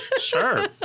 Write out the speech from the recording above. Sure